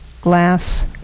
Glass